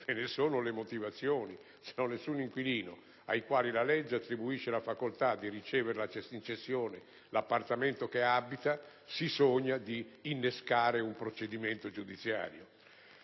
ve ne sono le motivazioni; altrimenti nessun inquilino a cui la legge attribuisce la facoltà di ricevere in cessione l'appartamento che abita si sogna di innescare un procedimento giudiziario.